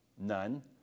None